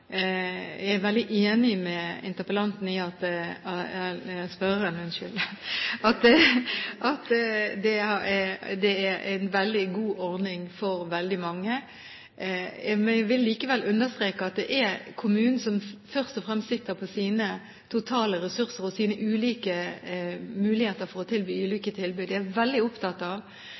Jeg er veldig enig med spørreren i at det er en veldig god ordning for veldig mange. Jeg vil likevel understreke at det er kommunene som først og fremst sitter på sine totale ressurser og sine ulike muligheter for å tilby ulike tilbud. Jeg er opptatt av